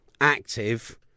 active